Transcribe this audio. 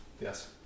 Yes